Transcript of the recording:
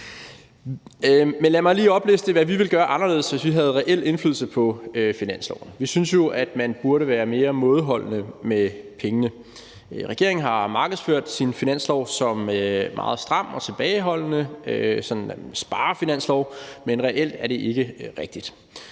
lad mig lige opliste, hvad vi ville gøre anderledes, hvis vi havde reel indflydelse på finansloven. Vi synes jo, at man burde være mere mådeholden med pengene. Regeringen har markedsført sin finanslov som meget stram og tilbageholdende, sådan en sparefinanslov, men reelt er det ikke rigtigt.